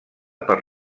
per